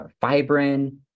fibrin